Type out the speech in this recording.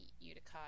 Utica